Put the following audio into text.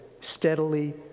steadily